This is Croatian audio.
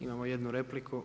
Imamo jednu repliku.